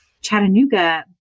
Chattanooga